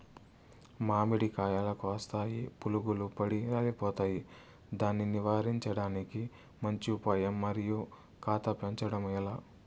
మామిడి కాయలు కాస్తాయి పులుగులు పడి రాలిపోతాయి దాన్ని నివారించడానికి మంచి ఉపాయం మరియు కాత పెంచడము ఏలా?